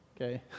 okay